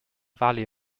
value